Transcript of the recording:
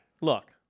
Look